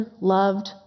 loved